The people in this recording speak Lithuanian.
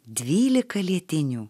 dvylika lietinių